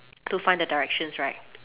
to find the directions right